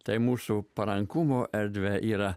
tai mūsų parankumo erdvė yra